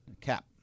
Cap